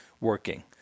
working